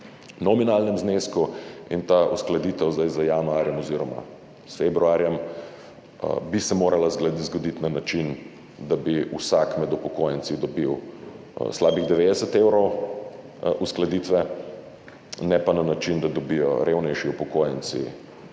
nominalnem znesku in ta uskladitev zdaj, z januarjem oziroma s februarjem, bi se morala zgoditi na način, da bi vsak med upokojenci dobil slabih 90 evrov uskladitve, ne pa na način, da dobijo revnejši upokojenci